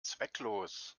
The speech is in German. zwecklos